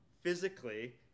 physically